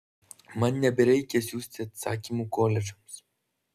man nebereikia siųsti atsakymų koledžams